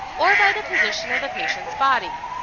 or by the position of the patient's body.